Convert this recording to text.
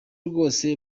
rwose